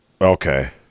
Okay